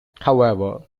however